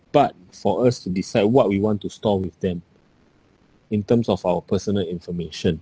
but for us to decide what we want to store with them in terms of our personal information